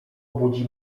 budzi